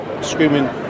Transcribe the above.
Screaming